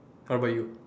how about you